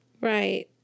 right